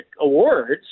awards